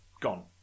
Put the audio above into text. gone